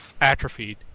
atrophied